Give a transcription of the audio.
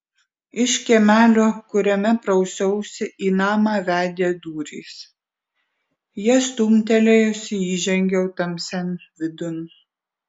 iš kiemelio kuriame prausiausi į namą vedė durys jas stumtelėjusi įžengiau tamsian vidun